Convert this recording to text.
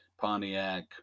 Pontiac